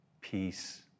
peace